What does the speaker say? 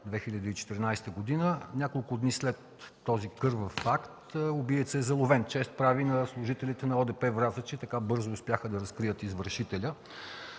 2014 г. Няколко дни след този кървав акт убиецът е заловен. Чест прави на служителите на ОДП-Враца, че така бързо успяха да разкрият извършителя.